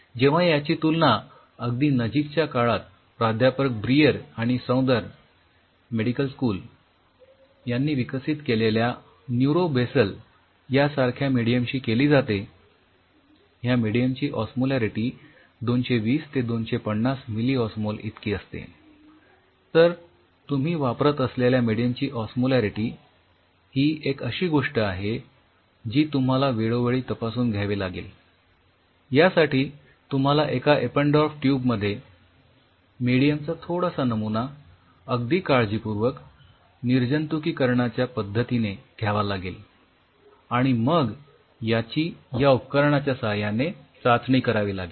जेव्हा यांची तुलना अगदी नजीकच्या काळात प्राध्यापक ब्रीयर आणि सौदर्न मध्ये मेडीयम चा थोडासा नमुना अगदी काळजीपूर्वक निर्जंतुकीकारणाच्या पद्धतीने घ्यावा लागेल आणि मग याची या उपकरणाच्या साह्याने चाचणी करावी लागेल